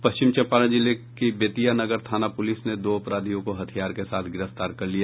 पश्चिम चंपारण जिले की बेतिया नगर थाना पुलिस ने दो अपराधियों को हथियार के साथ गिरफ्तार कर लिया